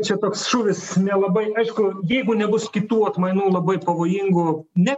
čia toks šūvis nelabai aišku jeigu nebus kitų atmainų labai pavojingų net